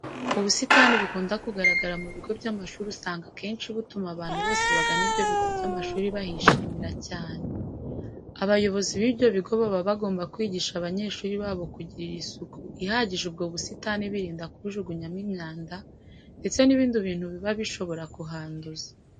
Ubusitani bukunda kugaragara mu bigo by'amashuri usanga akenshi butuma abantu bose bagana ibyo bigo by'amashuri bahishimira cyane. Abayobozi b'ibyo bigo baba bagomba kwigisha abanyeshuri babo kugirira isuku ihagije ubwo busitani birinda kubujugunyamo imyanda ndetse n'ibindi bintu biba bishobora kuhanduza.